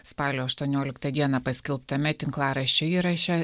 spalio aštuonioliktą dieną paskelbtame tinklaraščio įraše